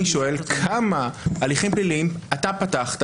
אני שואל כמה הליכים פליליים אתה פתחת